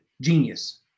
genius